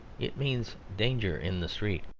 it means danger in the street.